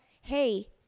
hey